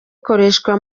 ikoreshwa